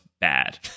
bad